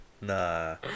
nah